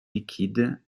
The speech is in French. liquide